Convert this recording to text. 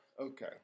Okay